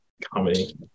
comedy